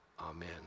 Amen